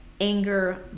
anger